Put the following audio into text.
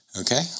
Okay